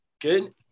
Good